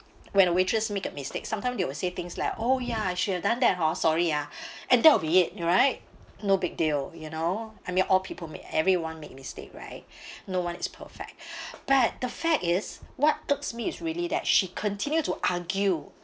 when a waitress make a mistake sometimes they will say things like oh ya she had done that hor sorry ah and that will be it right no big deal you know I mean all people make everyone make mistake right no one is perfect but the fact is what took me is really that she continue to argue